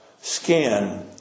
skin